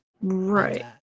Right